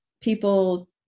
people